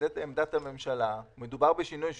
זו עמדת הממשלה, מדובר בשינוי מהותי.